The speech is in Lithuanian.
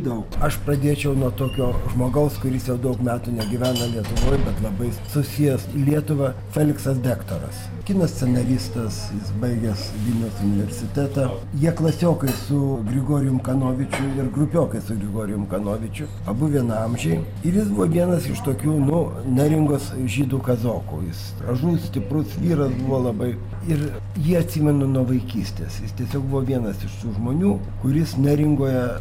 daug aš pradėčiau nuo tokio žmogaus kuris jau daug metų negyvena lietuvoj bet labai susijęs su lietuva feliksas dektoras kino scenaristas jis baigęs vilniaus universitetą jie klasiokai su grigorijum kanovičium ir grupiokai su grigorijum kanovičiu abu vienaamžiai ir jis buvo vienas iš tokių nu neringos žydų kazokų jis gražus stiprus vyras buvo labai ir jį atsimenu nuo vaikystės jis tiesiog buvo vienas iš tų žmonių kuris neringoje